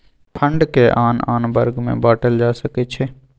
fund के आन आन वर्ग में बाटल जा सकइ छै